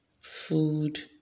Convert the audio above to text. food